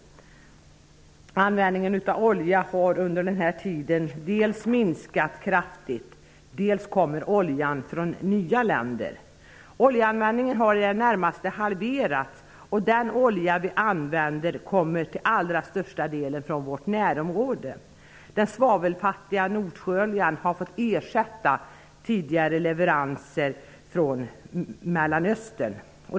Dels har användningen av olja under den här tiden minskat kraftigt, dels kommer oljan från nya länder. Oljeanvändningen har i det närmaste halverats, och den olja vi använder kommer till allra största delen från vårt närområde. Den svavelfattiga Nordsjöoljan har fått ersätta tidigare leveranser från Mellanöstern.